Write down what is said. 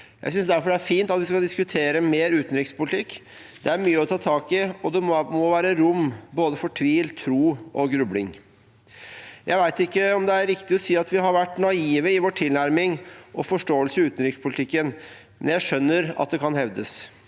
Jeg synes derfor det er fint at vi skal diskutere mer utenrikspolitikk. Det er mye å ta tak i, og det må være rom for både tvil, tro og grubling. Jeg vet ikke om det er riktig å si at vi har vært naive i vår tilnærming og forståelse innen utenrikspolitikken, men jeg skjønner at det kan hevdes.